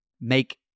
make